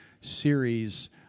series